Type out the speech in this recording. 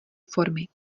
formy